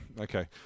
okay